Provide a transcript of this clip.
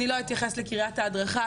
אני לא אתייחס לקריית ההדרכה,